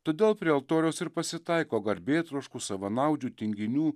todėl prie altoriaus ir pasitaiko garbėtroškų savanaudžių tinginių